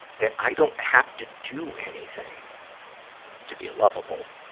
that i don't have to do anything to be lovable.